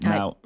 Now